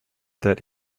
that